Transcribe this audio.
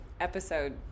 Episode